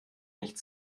nicht